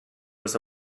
was